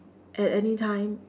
at any time